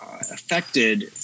affected